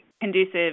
conducive